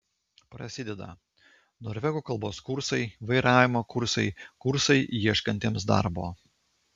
prasideda norvegų kalbos kursai vairavimo kursai kursai ieškantiems darbo